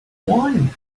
wine